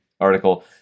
article